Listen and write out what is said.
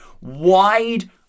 wide